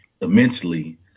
immensely